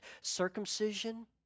circumcision